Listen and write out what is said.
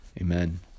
amen